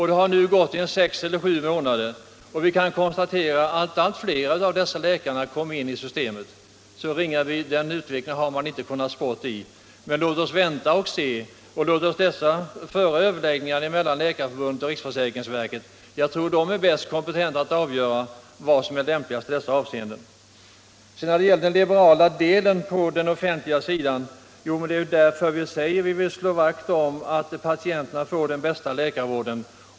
Det har nu gått sex eller sju månader, och vi kan konstatera att allt fler av dessa läkare kommit in i systemet. Beträffande den utvecklingen har ni inte kunnat spå, herr Ringaby. Men låt oss vänta och se, låt Läkarförbundet och riksförsäkringsverket föra överläggningar. Jag tror att de är mest kompetenta att avgöra vad som är lämpligast i dessa avseenden. Vad sedan gäller den liberala delen på den offentliga sidan säger vi att vi vill slå vakt om att patienterna skall få den bästa läkarvården.